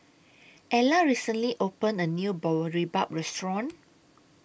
Ela recently opened A New Boribap Restaurant